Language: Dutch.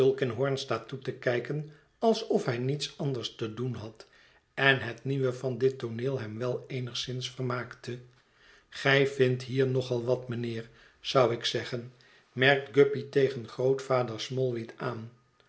toe te kijken alsof hij niets anders te doen had en het nieuwe van dit tooneel hem wel eenigszins vermaakte gij vindt hier nog al wat mijnheer zou ik zeggen merkt guppy tegen grootvader smallweed aan